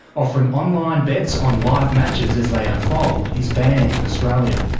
offering online bets on live matches as they unfold is banned in australia.